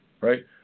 right